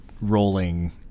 rolling